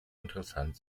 interessant